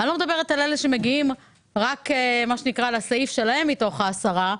אני לא מדברת על אלה שמגיעים רק לסעיף שלהם מתוך העשרה,